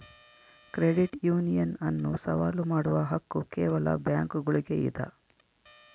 credit union ಅನ್ನು ಸವಾಲು ಮಾಡುವ ಹಕ್ಕು ಕೇವಲ ಬ್ಯಾಂಕುಗುಳ್ಗೆ ಇದ